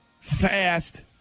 Fast